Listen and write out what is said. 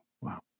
wow